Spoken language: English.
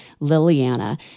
Liliana